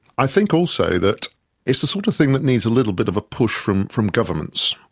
i think also that it's the sort of thing that needs a little bit of a push from from governments.